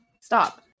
Stop